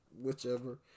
whichever